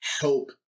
help